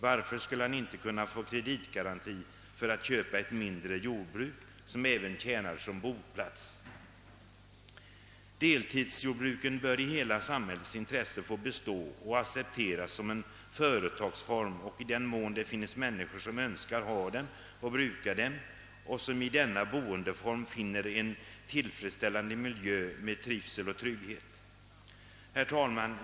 Varför skulle han inte kunna få kreditgaranti för att köpa ett mindre jordbruk, som även tjänar som boplats? Deltidsjordbruken bör i hela samhällets intresse få bestå och accepteras som en företagsform i den mån det finns mänmiskor som önskar ha dem och bruka dem och som i denna boendeform finner en tillfredsställande miljö med trivsel och trygghet. Herr talman!